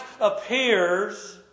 appears